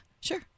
sure